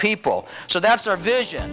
people so that's our vision